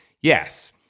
yes